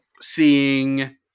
Seeing